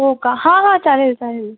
हो का हां हां चालेल चालेल